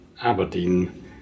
Aberdeen